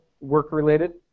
work-related